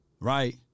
right